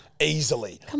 Easily